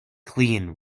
clean